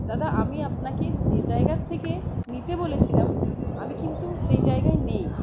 দাদা আমি আপনাকে যে জায়গার থেকে নিতে বলেছিলাম আমি কিন্তু সেই জায়গায় নেই